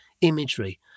imagery